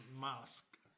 mask